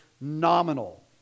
nominal